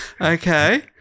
Okay